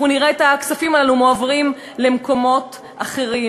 אנחנו נראה את הכספים הללו מועברים למקומות אחרים?